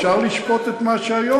אפשר לשפוט את מה שהיום,